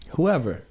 Whoever